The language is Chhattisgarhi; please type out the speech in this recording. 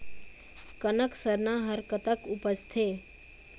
कनक सरना हर कतक उपजथे?